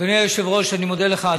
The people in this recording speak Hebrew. אדוני היושב-ראש, אני מודה לך.